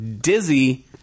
Dizzy